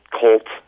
cult